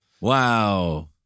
Wow